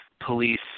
Police